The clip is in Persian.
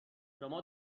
شما